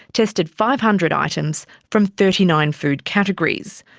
tested five hundred items from thirty nine food categories.